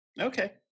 Okay